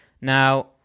Now